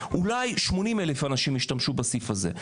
אולי 80,000 אנשים השתמשו בסעיף הזה.